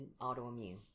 autoimmune